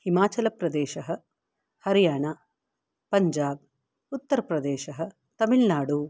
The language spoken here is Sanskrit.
हिमाचलप्रदेशः हरियाणा पञ्जाब् उत्तरप्रदेशः तमिल्नाडु